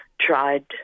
tried